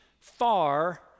far